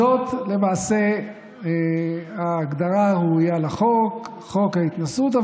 זאת למעשה ההגדרה הראויה לחוק, חוק ההתנשאות.